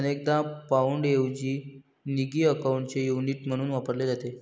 अनेकदा पाउंडऐवजी गिनी अकाउंटचे युनिट म्हणून वापरले जाते